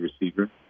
receiver